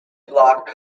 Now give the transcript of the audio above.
block